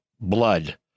blood